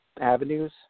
avenues